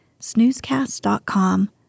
snoozecast.com